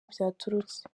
byaturutse